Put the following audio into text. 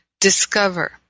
discover